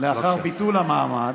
המעמד,